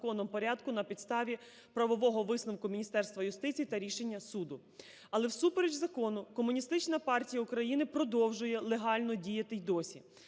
порядку на підставі правового висновку Міністерства юстиції та рішення суду. Але всупереч закону Комуністична партія України продовжує легально діяти і досі.